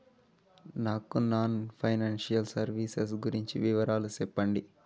నాకు non financial services గురించి వివరాలు సెప్పండి?